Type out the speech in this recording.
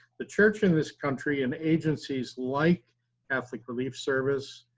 the church in this country and agencies like catholic relief service,